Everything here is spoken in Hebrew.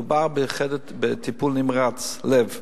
מדובר בטיפול נמרץ לב,